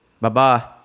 Bye-bye